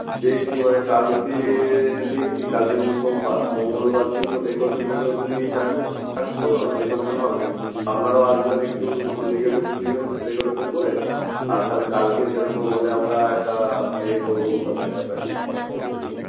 দেখছি মানে কালকে দেখছি কালকে যদি সোমবার মঙ্গলবার দিন তো ডেকোরেশন ফেকোরেশন নিয়েই থাকবো আর নাচ করবো বলে ডেকোরেশন হবে আপনারাও আসবেন একটু লেগে পড়তে দিবেন ডেকোরেশন করে আর তাহলে কালকে সেরকম হলে আমরা একটা ইয়ে করবো তাহলে একটা প্র্যাকটিস ক্লাস করিয়ে দেবো